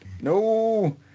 No